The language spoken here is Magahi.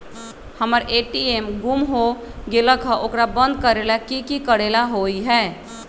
हमर ए.टी.एम गुम हो गेलक ह ओकरा बंद करेला कि कि करेला होई है?